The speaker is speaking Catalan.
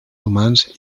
humans